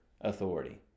authority